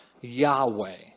Yahweh